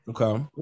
okay